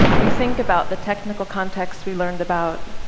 we think about the technical context we learned about,